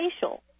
facial